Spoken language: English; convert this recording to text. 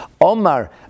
Omar